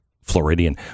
Floridian